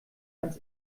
ans